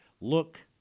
look